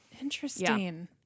Interesting